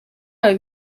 wawe